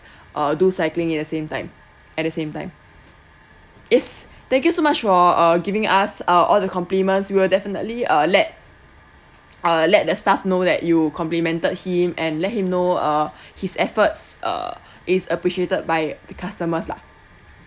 uh do cycling in the same time at the same time yes thank you so much for uh giving us uh all the compliments we will definitely uh let let the staff know that you complimented him and let him know uh his efforts uh is appreciated by the customers lah